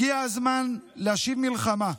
הגיע הזמן להשיב מלחמה,